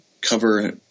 cover